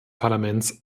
parlaments